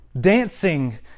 dancing